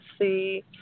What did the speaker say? see